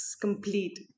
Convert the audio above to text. complete